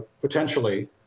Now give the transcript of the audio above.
potentially